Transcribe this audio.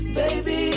baby